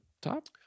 top